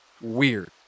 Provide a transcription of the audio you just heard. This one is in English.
weird